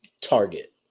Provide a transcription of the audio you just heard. target